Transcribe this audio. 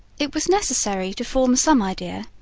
it was necessary to form some idea,